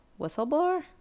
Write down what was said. whistleblower